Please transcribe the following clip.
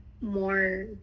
More